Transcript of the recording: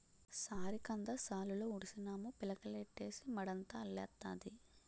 సారికంద సాలులో ఉడిసినాము పిలకలెట్టీసి మడంతా అల్లెత్తాది